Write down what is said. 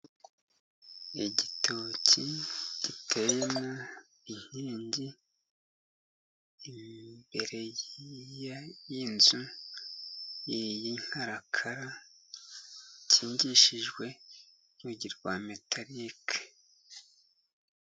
Igitoki giteyemo inkingi imbere y'inzu y'inkarakara ikingishijwe urugi rwa metalike.